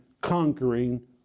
conquering